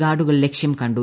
ഗാർഡുകൾ ലക്ഷ്യം കണ്ടു